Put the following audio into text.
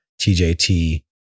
TJT